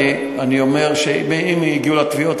אני אומר שאם הגיעו לתביעות,